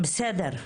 בסדר.